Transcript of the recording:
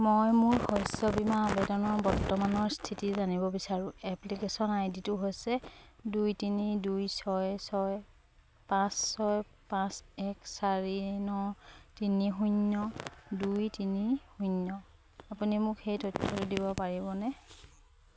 মই মোৰ শস্য বীমা আবেদনৰ বৰ্তমানৰ স্থিতি জানিব বিচাৰোঁ এপ্লিকেচন আই ডিটো হৈছে দুই তিনি দুই ছয় ছয় পাঁচ ছয় পাঁচ এক চাৰি ন তিনি শূন্য দুই তিনি শূন্য আপুনি মোক সেই তথ্যটো দিব পাৰিবনে